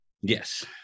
Yes